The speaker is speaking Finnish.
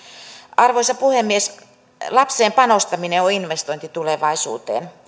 arvoisa puhemies lapseen panostaminen on investointi tulevaisuuteen